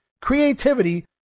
creativity